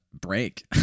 break